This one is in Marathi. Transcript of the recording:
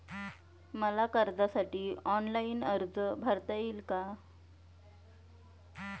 मला कर्जासाठी ऑनलाइन अर्ज भरता येईल का?